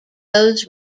goes